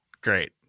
Great